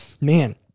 Man